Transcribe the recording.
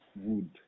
wood